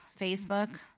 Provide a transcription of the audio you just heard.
Facebook